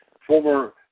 former